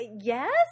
Yes